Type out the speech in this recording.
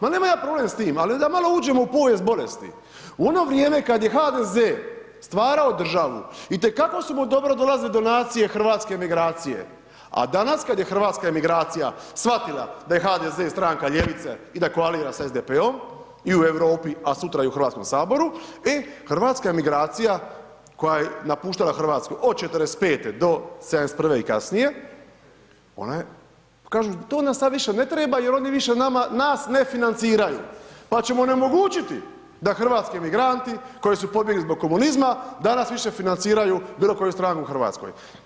Ma nemam ja problem s tim, ali onda malo uđemo u povijest bolesti, u ono vrijeme kad je HDZ stvarao državu, itekako su mu dobro dolazile donacije hrvatske emigracije, a danas kad je hrvatska emigracija shvatila da je HDZ stranka ljevice i da koalira sa SDP-om, i u Europi, a sutra i u Hrvatskom saboru, e hrvatska emigracija koja je napuštala Hrvatsku od '45.-te do '71.-ve i kasnije, ona je, kažu to nam sad više ne treba jer oni više nama, nas ne financiraju, pa ćemo onemogućiti da hrvatski emigranti koji su pobjegli zbog komunizma danas više financiraju bilo koju stranku u Hrvatskoj.